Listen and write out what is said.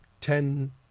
ten